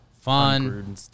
Fun